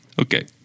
Okay